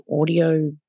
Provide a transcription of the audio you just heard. audio